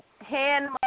hand